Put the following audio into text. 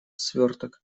сверток